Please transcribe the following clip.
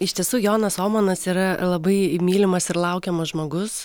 iš tiesų jonas omanas yra labai mylimas ir laukiamas žmogus